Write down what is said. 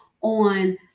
on